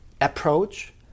approach